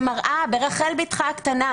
ומראה ברחל ביתך הקטן,